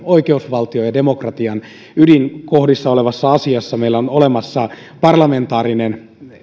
oikeusvaltion ja demokratian ydinkohdissa olevassa asiassa meillä on olemassa parlamentaarinen